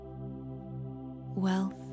Wealth